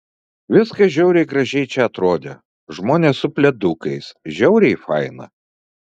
viskas žiauriai gražiai čia atrodė žmonės su pledukais žiauriai faina